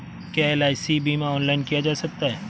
क्या एल.आई.सी बीमा ऑनलाइन किया जा सकता है?